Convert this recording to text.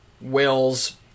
Wills